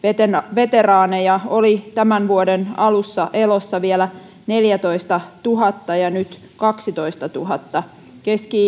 veteraaneja oli tämän vuoden alussa elossa vielä neljätoistatuhatta ja nyt kaksitoistatuhatta keski